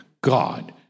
God